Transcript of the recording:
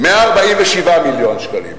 147 מיליון שקלים.